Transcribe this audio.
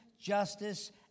justice